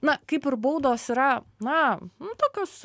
na kaip ir baudos yra na nu tokios